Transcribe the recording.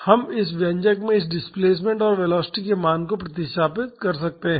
हम इस व्यंजक में इस डिस्प्लेसमेंट और वेलोसिटी के मान को प्रतिस्थापित कर सकते हैं